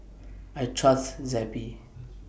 I Trust Zappy